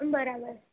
બરાબર